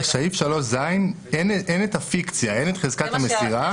בסעיף 3ז אין את הפיקציה, אין את חזקת המסירה.